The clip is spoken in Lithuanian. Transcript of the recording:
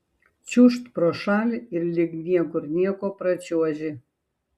čiūžt pro šalį ir lyg niekur nieko pračiuoži